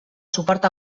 suport